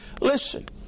Listen